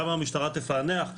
כמה המשטרה תפענח.